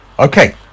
okay